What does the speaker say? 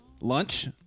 Lunch